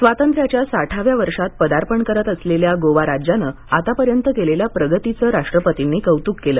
स्वातंत्र्याच्या साठाव्या वर्षात पदार्पण करत असलेल्या गोवा राज्यानं आतापर्यंत केलेल्या प्रगतीचं राष्ट्रपतींनी कौतुक केलं